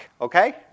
okay